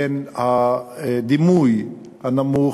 והדימוי הנמוך,